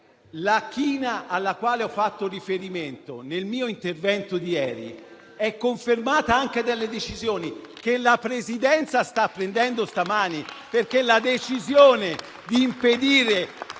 la china alla quale ho fatto riferimento nel mio intervento di ieri sia confermata anche dalle decisioni che la Presidenza sta prendendo stamane. Infatti, la decisione di impedire